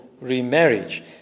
remarriage